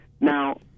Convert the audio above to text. Now